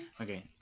Okay